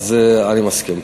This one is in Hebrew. אז אני מסכים.